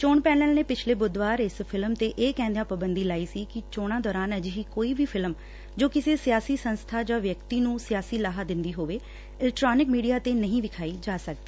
ਚੋਣ ਪੈਨਲ ਨੇ ਪਿਛਲੇ ਬੁੱਧਵਾਰ ਇਸ ਫ਼ਿਲਮ ਤੇ ਇਹ ਕਹਿੰਦਿਆਂ ਪਾਬੰਦੀ ਲਾਈ ਸੀ ਕਿ ਚੋਣਾਂ ਦੌਰਾਨ ਅਜਿਹੀ ਕੋਈ ਵੀ ਫਿਲਮ ਜੋ ਕਿਸੇ ਸਿਆਸੀ ਸੰਸਬਾ ਜਾਂ ਵਿਅਕਤੀ ਨੁੰ ਸਿਆਸੀ ਲਾਹਾ ਦਿੰਦੀ ਹੋਵੇ ਇਲਕੈਟ੍ਾਨਿਕ ਮੀਡੀਆ ਤੇ ਨਹੀਂ ਵਿਖਾਈ ਜਾ ਸਕਦੀ